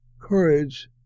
courage